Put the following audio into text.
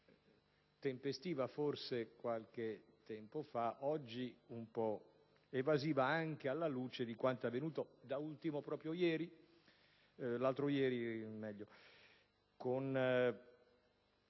tempestiva forse qualche tempo fa, ma oggi un po' evasiva, anche alla luce di quanto avvenuto, da ultimo, proprio l'altro ieri, con